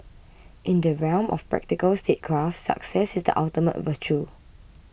in the realm of practical statecraft success is the ultimate virtue